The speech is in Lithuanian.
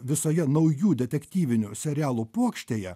visoje naujų detektyvinių serialų puokštėje